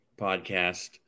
podcast